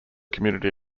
community